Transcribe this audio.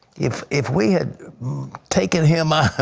if if we had taken him out